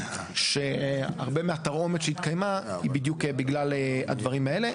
שהרבה מהתרעומת שהתקיימה היא בדיוק בגלל הדברים האלה,